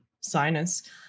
sinus